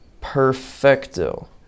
Perfecto